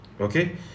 Okay